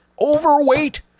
overweight